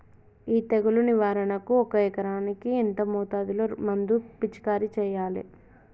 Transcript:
ఈ తెగులు నివారణకు ఒక ఎకరానికి ఎంత మోతాదులో మందు పిచికారీ చెయ్యాలే?